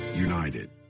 united